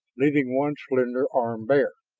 leaving one slender arm bare.